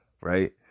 Right